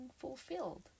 fulfilled